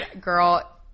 Girl